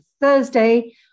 Thursday